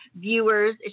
viewers